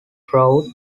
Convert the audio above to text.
proved